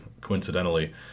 coincidentally